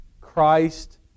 Christ